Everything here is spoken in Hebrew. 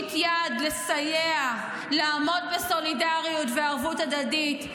להושיט יד, לסייע, לעמוד בסולידריות וערבות הדדית.